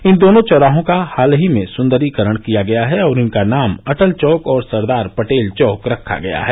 इन दोनों चौराहों का हाल ही में सुंदरीकरण किया गया है और इनका नाम अटल चौक और सरदार पटेल चौक रखा गया है